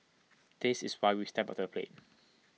this is why we've stepped up to the plate